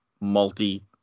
multi